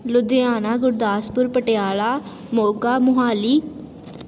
Ludhiana Gurdaspur Patiala Moga Mohali